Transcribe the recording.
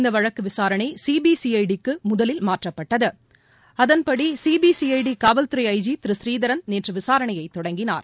இந்தவழக்குவிசாரணைசிபிசிஐடி க்குமுதலில் மாற்றப்பட்டது அதன்படி சிபிசிஐடிகாவல்துறை ஐ ஜி திரு ஸ்ரீதரன் நேற்றுவிசாரணையைதொடங்கினார்